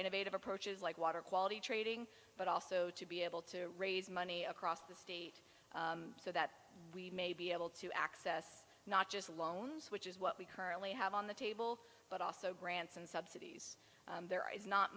innovative approaches like water quality trading but also to be able to raise money across the state so that we may be able to access not just loans which is what we currently have on the table but also grants and subs there is not